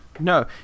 no